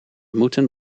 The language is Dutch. moeten